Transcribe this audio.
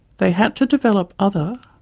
they had to develop other,